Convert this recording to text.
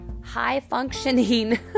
high-functioning